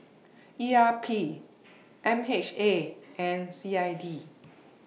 E R P M H A and C I D